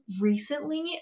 recently